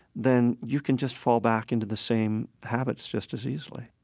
then you can just fall back into the same habits just as easily